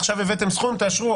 עכשיו הבאתם סכום תאשרו,